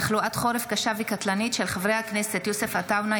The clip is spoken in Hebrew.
התשפ"ה 2024,